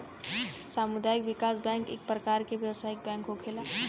सामुदायिक विकास बैंक इक परकार के व्यवसायिक बैंक होखेला